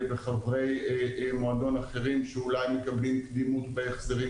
וחברי מועדון אחרים שאולי מקבלים קדימות בהחזרים,